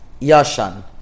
Yashan